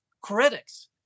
critics